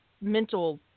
mental